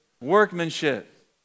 Workmanship